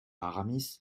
aramis